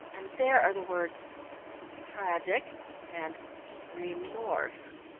and there are the words tragic and remorse.